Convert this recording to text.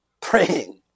praying